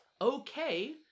okay